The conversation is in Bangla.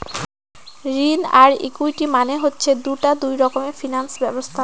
ঋণ আর ইকুইটি মানে হচ্ছে দুটা দুই রকমের ফিনান্স ব্যবস্থা